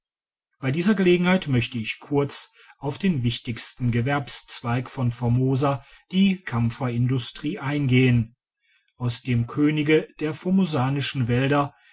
bei dieser gelegenheit möchte ich kurz auf den wichtigsten gewerbszweig von formosa die kampferindustrie eingehen aus dem könige der formosanischen wälder